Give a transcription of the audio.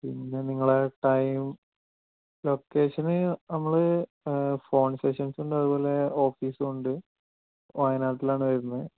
പിന്നെ നിങ്ങളുടെ ടൈം ലൊക്കേഷന് നമ്മുടെ ഫോൺ സെഷൻസുണ്ട് അതുപോലെ ഓഫീസുമുണ്ട് വയനാട്ടിലാണ് വരുന്നത്